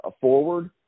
forward